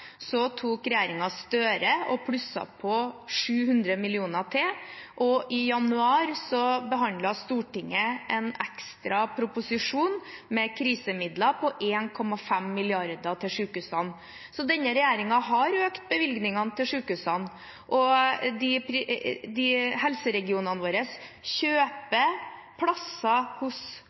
Så plusset regjeringen Støre på 700 mill. kr til, og i januar behandlet Stortinget en ekstra proposisjon med krisemidler på 1,5 mrd. kr til sykehusene, så denne regjeringen har økt bevilgningene til sykehusene. Helseregionene våre kjøper plasser hos